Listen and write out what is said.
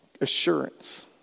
assurance